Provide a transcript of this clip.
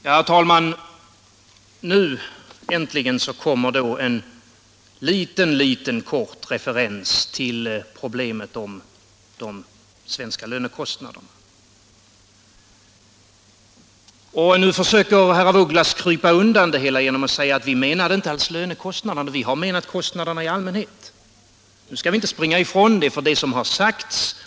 Herr talman! Nu äntligen kommer då en liten kort referens till problemet om de svenska lönekostnaderna. Herr af Ugglas försöker krypa undan det hela med att säga att vi menade inte alls lönekostnaderna utan kostnaderna i allmänhet. Nu skall vi inte springa ifrån det som har sagts.